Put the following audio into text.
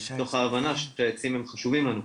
מתוך ההבנה שהעצים הם חשובים לנו.